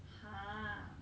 !huh!